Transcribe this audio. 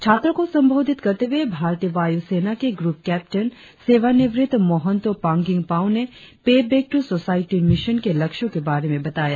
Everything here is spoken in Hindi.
छात्रो को संबोधित करते हुए भारतीय वायु सेना के ग्रूप केप्टेन सेवानिवृत मोहन्तो पांगिंग पाव ने pay back to society mission के लक्ष्यों के बारे में बताया